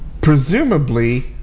presumably